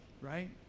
Right